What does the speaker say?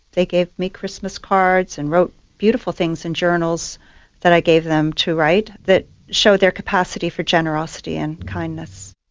they gave me christmas cards and wrote beautiful things in journals that i gave them to write that show their capacity for generosity and kindness.